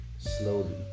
slowly